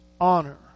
Honor